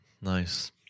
Nice